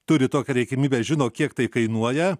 turi tokią reikiamybę žino kiek tai kainuoja